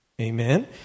Amen